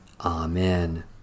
Amen